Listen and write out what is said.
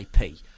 IP